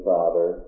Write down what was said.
Father